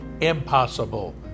impossible